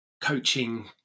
coaching